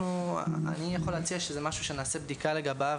אני יכול להציע שזה משהו שנעשה בדיקה לגביו,